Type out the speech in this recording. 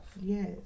Yes